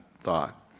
thought